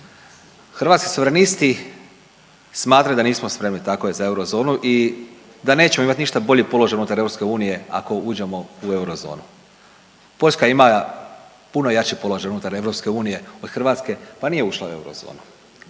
Hrvatski suverenisti smatraju da nismo spremni tako je za eurozonu i da nećemo imati ništa bolji položaj unutar EU ako uđemo u eurozonu. Poljska ima puno jači položaj unutar EU od Hrvatske pa nije ušla u eurozonu.